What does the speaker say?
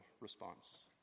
response